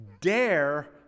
dare